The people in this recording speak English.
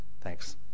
Thanks